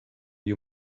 you